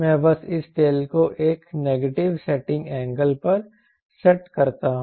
मैं बस इस टेल को एक नेगेटिव सेटिंग एंगल पर सेट करता हूं